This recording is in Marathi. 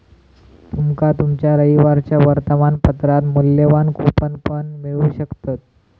तुमका तुमच्या रविवारच्या वर्तमानपत्रात मुल्यवान कूपन पण मिळू शकतत